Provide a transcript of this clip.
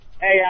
Hey